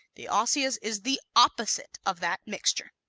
the osseous is the opposite of that mixture.